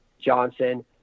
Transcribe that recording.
johnson